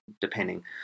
depending